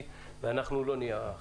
ואנחנו לא נהיה החסם.